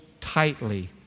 tightly